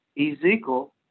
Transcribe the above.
Ezekiel